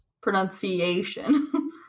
Pronunciation